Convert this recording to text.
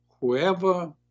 whoever